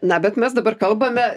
na bet mes dabar kalbame